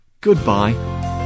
Goodbye